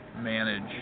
manage